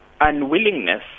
unwillingness